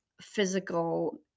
physical